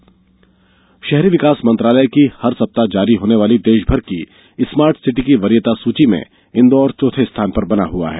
smart city ranking शहरी विकास मंत्रालय की हर सप्ताह जारी होने वाली देशभर की स्मार्ट सिटी की वरीयता सुची में इंदौर चौथे स्थान पर बना हुआ है